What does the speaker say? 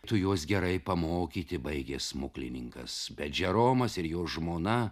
tu juos gerai pamokyti baigė smuklininkas bet džeromas ir jo žmona